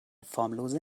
formlose